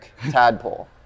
tadpole